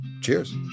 cheers